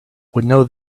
know